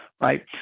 right